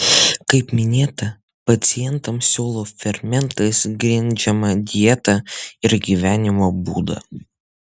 kaip minėta pacientams siūlau fermentais grindžiamą dietą ir gyvenimo būdą